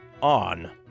on